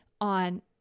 on